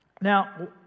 Now